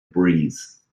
breeze